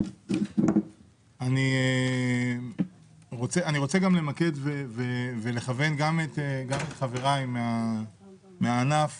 אני רוצה למקד ולכוון גם את חבריי מן הענף